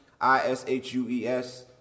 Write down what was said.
I-S-H-U-E-S